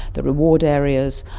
the reward areas.